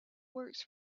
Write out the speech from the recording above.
works